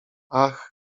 ach